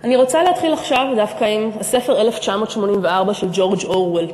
אני רוצה להתחיל עכשיו דווקא עם הספר "1984" של ג'ורג' אורוול.